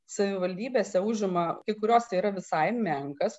savivaldybėse užima kai kuriose yra visai menkas